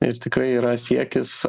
ir tikrai yra siekis